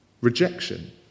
rejection